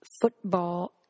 football